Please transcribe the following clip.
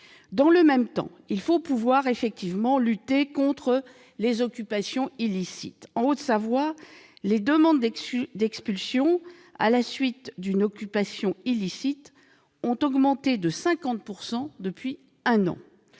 Dans le même temps, il faut pouvoir effectivement lutter contre les occupations illicites. En Haute-Savoie, les demandes d'expulsion à la suite d'une occupation illicite ont augmenté de 50 % depuis un an.